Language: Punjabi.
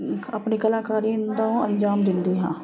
ਆਪਣੀ ਕਲਾਕਾਰੀ ਨੂੰ ਅੰਜਾਮ ਦਿੰਦੀ ਹਾਂ